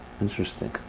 Interesting